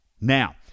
Now